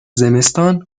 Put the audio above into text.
زمستان